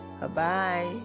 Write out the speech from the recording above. Bye-bye